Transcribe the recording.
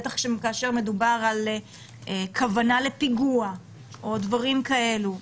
בטח כאשר דובר בכוונה לפיגוע או דברים כאלו.